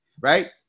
right